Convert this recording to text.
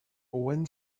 when